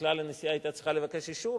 בכלל הנשיאה היתה צריכה לבקש אישור,